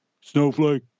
Snowflake